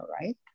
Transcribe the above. Right